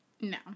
No